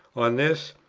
on this,